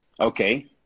Okay